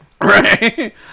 Right